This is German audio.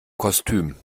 kostüm